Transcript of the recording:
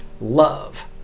love